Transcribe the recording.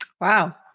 Wow